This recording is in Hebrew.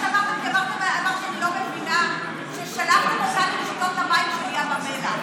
אמר, ששלחתם אותנו לשתות את המים של ים המלח.